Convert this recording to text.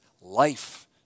life